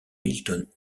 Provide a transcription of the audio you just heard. milton